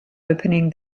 opening